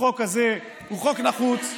החוק הזה הוא חוק נחוץ,